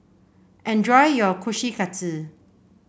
enjoy your Kushikatsu